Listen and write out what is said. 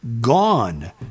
Gone